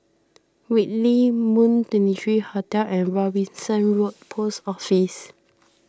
Whitley Moon twenty three Hotel and Robinson Road Post Office